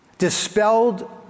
dispelled